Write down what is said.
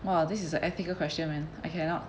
!wah! this is a ethical question I cannot